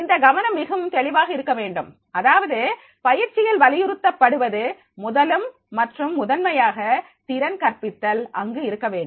இந்த கவனம் மிகவும் தெளிவாக இருக்க வேண்டும் அதாவது பயிற்சியில் வலியுறுத்தப்படுவது முதலும் மற்றும் முதன்மையாக திறன் கற்பித்தல் அங்கு இருக்க வேண்டும்